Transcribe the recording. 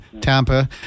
Tampa